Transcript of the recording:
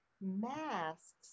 masks